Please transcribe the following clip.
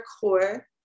core